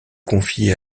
confiait